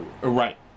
Right